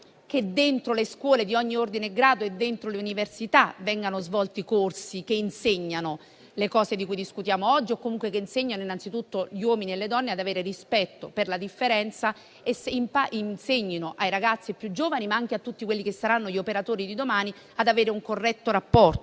delle scuole di ogni ordine e grado e delle università vengano svolti corsi che insegnino ciò di cui discutiamo oggi; o comunque insegnino innanzitutto agli uomini e alle donne ad avere rispetto per la differenza e ai ragazzi più giovani e a tutti quelli che saranno gli operatori di domani ad avere un corretto rapporto